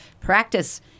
practice